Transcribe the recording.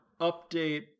update